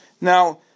Now